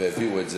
והביאו את זה,